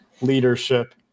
leadership